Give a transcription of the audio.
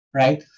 right